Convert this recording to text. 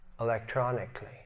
Electronically